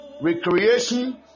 recreation